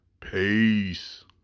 Peace